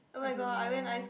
I don't know